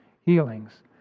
healings